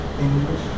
English